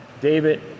David